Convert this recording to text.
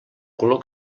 color